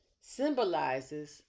symbolizes